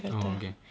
oh okay